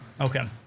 Okay